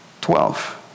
Twelve